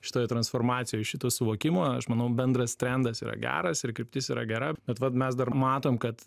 šitoj transformacijoj šito suvokimo aš manau bendras trendas yra geras ir kryptis yra gera bet vat mes dar matom kad